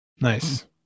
Nice